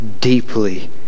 deeply